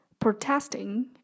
protesting